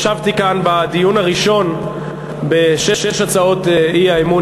ישבתי כאן בדיון הראשון בשש הצעות האי-אמון